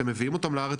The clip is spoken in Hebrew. אתם מביאים אותם לארץ,